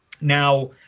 Now